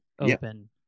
open